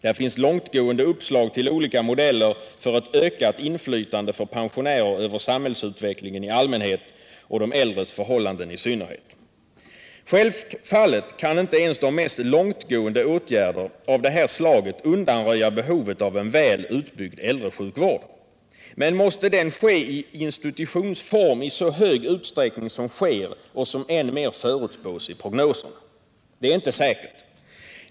Där finns långtgående uppslag till olika modeller för ett ökat inflytande för pensionärer över samhällsutvecklingen i allmänhet och de äldres förhållanden i synnerhet. Självfallet kan inte ens de mest långtgående åtgärder av det slaget undanröja behovet av en såväl kvantitativt som kvalitativt väl utbyggd äldresjukvård. Men måste den ske i institutionsform i så stor utsträckning som nu är fallet och som än mer förutspås i prognoserna? Det är inte säkert.